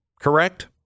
Correct